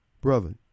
Brother